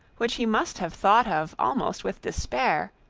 which he must have thought of almost with despair,